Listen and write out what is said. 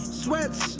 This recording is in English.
sweats